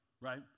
right